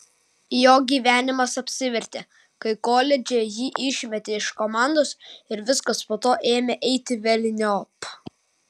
jo gyvenimas apsivertė kai koledže jį išmetė iš komandos ir viskas po to ėmė eiti velniop